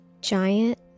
giant